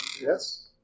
Yes